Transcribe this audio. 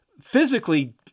physically